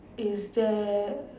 is there